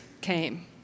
came